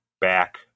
back